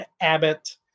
Abbott